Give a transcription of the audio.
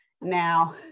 Now